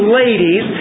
ladies